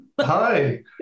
Hi